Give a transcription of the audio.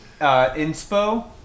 Inspo